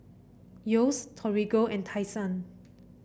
Yeo's Torigo and Tai Sun